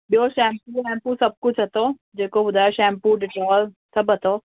ॿियो शैम्पू वैम्पू सभु कुझु अथव जेको ॿुधायो शैम्पू डिटॉल सभु अथव